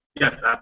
Yes